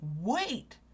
wait